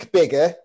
bigger